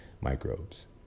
microbes